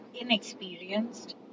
inexperienced